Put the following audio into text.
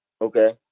Okay